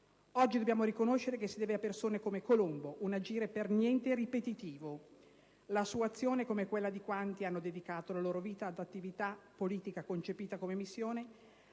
Oggi dobbiamo riconoscere che si deve a persone come Colombo un agire per niente ripetitivo. La sua azione (come quella di quanti hanno dedicato la loro vita ad un'attività politica concepita come missione),